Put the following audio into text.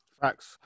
Facts